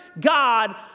God